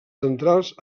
centrals